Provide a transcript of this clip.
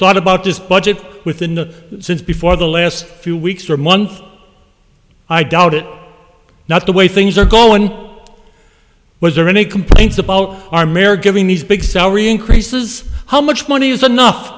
thought about this budget with another since before the last few weeks or months i doubt it not the way things are going was there any complaints about rmer giving these big salary increases how much money is ano